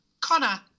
Connor